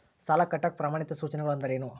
ಸಾಲ ಕಟ್ಟಾಕ ಪ್ರಮಾಣಿತ ಸೂಚನೆಗಳು ಅಂದರೇನು?